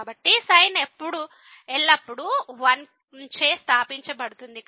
కాబట్టి sin ఎల్లప్పుడూ 1 చే స్థాపించబడుతుంది